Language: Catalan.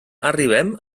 arribem